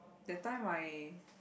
that time I